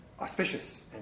auspicious